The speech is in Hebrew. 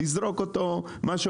לא מבקשים מכם לזרוק אותו מהאווירונים,